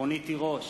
רונית תירוש,